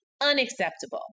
unacceptable